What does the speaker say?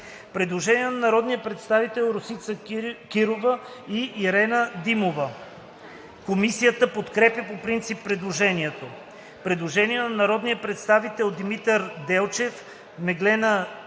Предложение на народните представители Росица Кирова и Ирена Димова. Комисията подкрепя по принцип предложението. Предложение на народния представител Димитър Делчев, Меглена Гунчева